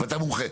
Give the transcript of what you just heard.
ואתה מומחה.